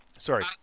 Sorry